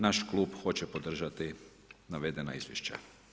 Naš klub hoće podržati navedena izvješća.